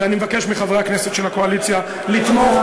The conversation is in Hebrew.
ואני מבקש מחברי הכנסת של הקואליציה לתמוך,